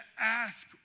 ask